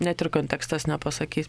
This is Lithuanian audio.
net ir kontekstas nepasakys